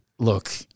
Look